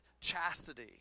chastity